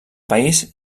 país